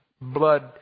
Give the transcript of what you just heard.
blood